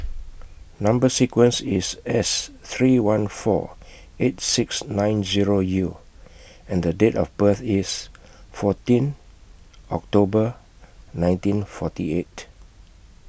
Number sequence IS S three one four eight six nine Zero U and Date of birth IS fourteen October nineteen forty eight